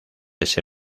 ese